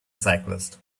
cyclist